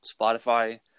Spotify